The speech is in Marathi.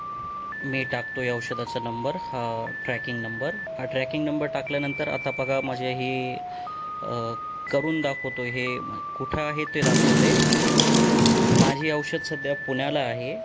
मी टाकतो आहे औषधाचा नंबर हा ट्रॅकिंग नंबर हा ट्रॅकिंग नंबर टाकल्यानंतर आता बघा म्हणजे हे करून दाखवतो हे कुठं आहे ते दाखवतं आहे माझी औषध सध्या पुण्याला आहे